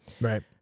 Right